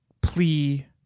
plea